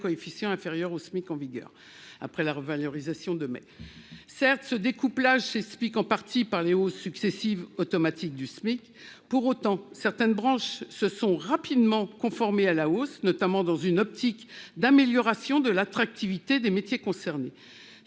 coefficient inférieur au SMIC en vigueur, après la revalorisation de celui-ci en mai dernier. Certes, ce découplage s'explique en partie par les hausses successives automatiques du SMIC. Pour autant, certaines branches se sont rapidement conformées à la hausse, notamment dans une optique d'amélioration de l'attractivité des métiers concernés.